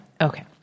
Okay